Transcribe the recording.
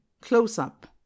close-up